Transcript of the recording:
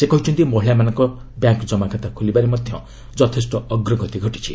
ସେ କହିଛନ୍ତି ମହିଳାମାନଙ୍କ ବ୍ୟାଙ୍କ୍ ଜମାଖାତା ଖୋଲିବାରେ ମଧ୍ୟ ଯଥେଷ୍ଟ ଅଗ୍ରଗତି ଘଟିଛି